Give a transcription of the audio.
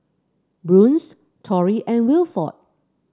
Bruce Tory and Wilford